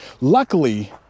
Luckily